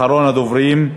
אחרון הדוברים,